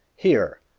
here,